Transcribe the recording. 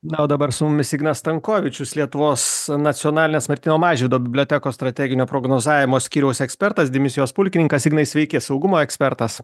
na o dabar su mumis ignas stankovičius lietuvos nacionalinės martyno mažvydo bibliotekos strateginio prognozavimo skyriaus ekspertas dimisijos pulkininkas ignai sveiki saugumo ekspertas